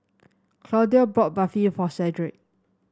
Claudio bought Barfi for Shedrick